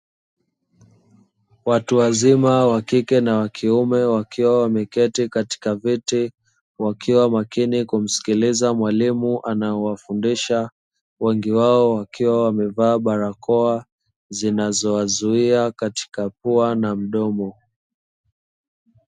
Watu wazima wa kike na wakiume, wakiwa wameketi katika viti, wakiwa makini kumsikiliza mwalimu anayewafundisha; wengi wao wakiwa wamevaa barakoa zinazowazuia katika pua na mdomo.